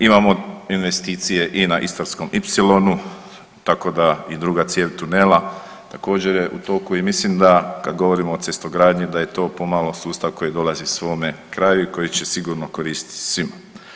Imamo investicije i na istarskom ipsilonu, tako da i druga cijev tunela također je u toku i mislim da kad govorimo o cestogradnji da je to pomalo sustav koji dolazi svome kraju i koji će sigurno koristiti svima.